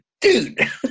dude